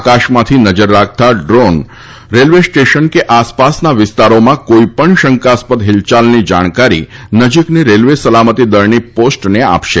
આકાશમાંથી નજર રાખતા drone railway station કે આસપાસના વિસ્તારોમાં કોઈપણ શંકાસ્પદ હિલયાલની જાણકારી નજીકની રેલવે સલામતી દળની પોસ્ટને આપશે